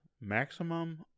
Maximum